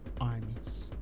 armies